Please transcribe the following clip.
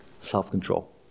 self-control